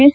S